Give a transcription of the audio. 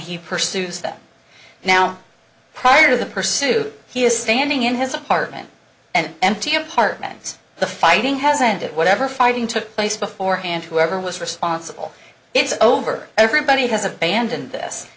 he pursues that now prior to the pursuit he is standing in his apartment and empty apartments the fighting has ended whatever fighting took place beforehand whoever was responsible it's over everybody has abandoned this